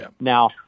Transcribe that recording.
Now